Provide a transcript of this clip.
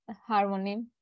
harmony